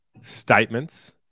statements